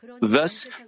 Thus